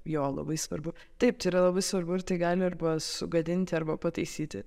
jo labai svarbu taip tai yra labai svarbu ir tai gali arba sugadinti arba pataisyti